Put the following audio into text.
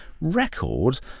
record